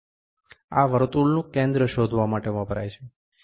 આ વર્તુળનું કેન્દ્ર શોધવા માટે વપરાય છે